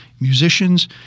musicians